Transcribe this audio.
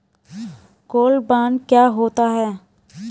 Gold bond क्या होता है?